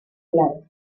claro